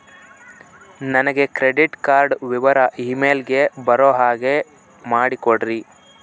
ನನಗೆ credit card ವಿವರ email ಗೆ ಬರೋ ಹಾಗೆ ಮಾಡಿಕೊಡ್ರಿ?